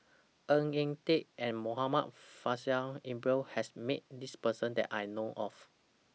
Ng Eng Teng and Muhammad Faishal Ibrahim has Met This Person that I know of